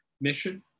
mission